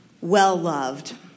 well-loved